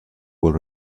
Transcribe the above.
will